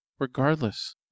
Regardless